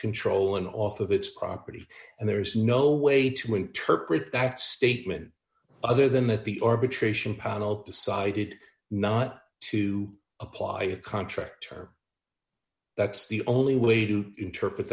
control and off of its property and there is no way to interpret that statement other than that the arbitration panel decided not to apply a contract term that's the only way to interpret